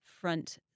front